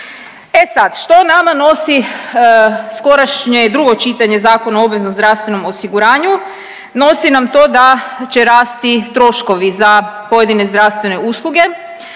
E sad, što nama nosi skorašnje drugo čitanje Zakona o obveznom zdravstvenom osiguranju. Nosi nam to da će rasti troškovi za pojedine zdravstvene usluge